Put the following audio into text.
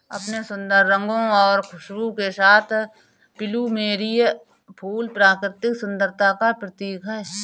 अपने सुंदर रंगों और खुशबू के साथ प्लूमेरिअ फूल प्राकृतिक सुंदरता का प्रतीक है